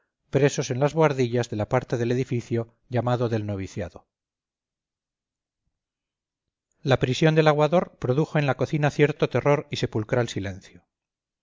presos en las bohardillas de la parte del edificio llamado del noviciado la prisión del aguador produjo en la cocina cierto terror y sepulcral silencio